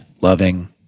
loving